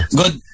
good